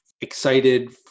excited